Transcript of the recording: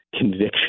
conviction